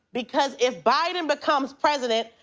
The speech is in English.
because if biden becomes president,